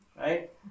Right